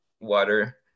water